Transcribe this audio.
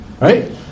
right